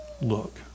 look